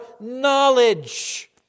knowledge